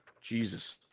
Jesus